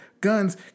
Guns